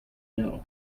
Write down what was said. know